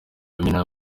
b’imena